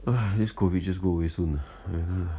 this COVID just go away soon uh